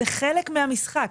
זה חלק מהמשחק.